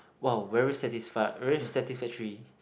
!wow! very satisfy very satisfactory